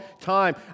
time